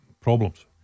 problems